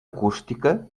acústica